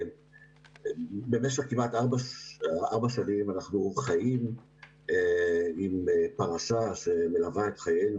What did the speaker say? במשך כמעט ארבע שנים אנחנו חיים עם פרשה שמלווה את חיינו